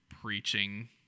preaching